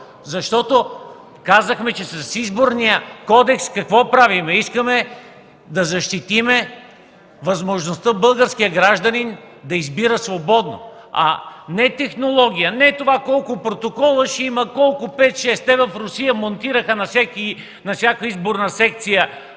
Защото казахме, че с Изборния кодекс правим какво? – Искаме да защитим възможността българският гражданин да избира свободно, а не технология и не колко протокола ще има. В Русия монтираха на всяка изборна секция